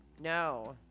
No